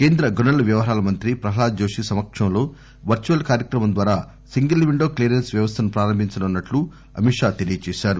కేంద్ర గనుల వ్యవహాల మంత్రి ప్రహ్లాద్ జోషి సమక్షంలో వర్చువల్ కార్యక్రమం ద్వారా సింగిల్ విండో క్లియరెన్స్ వ్యవస్దను ప్రారంభించనున్నట్టు అమిత్ షా తెలిపారు